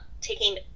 taking